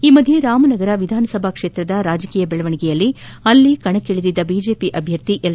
ಈ ಮಧ್ಯೆ ರಾಮನಗರ ವಿಧಾನಸಭಾ ಕ್ಷೇತ್ರದ ರಾಜಕೀಯ ಬೆಳವಣಿಗೆಯಲ್ಲಿ ಅಲ್ಲಿ ಕಣಕ್ಕಿಳಿದಿದ್ದ ಬಿಜೆಪಿ ಅಧ್ಯರ್ಥಿ ಎಲ್